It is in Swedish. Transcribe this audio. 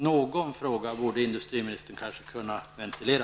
Någon fråga borde industriministern kunna ventilera.